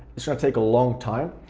it's gonna take a long time,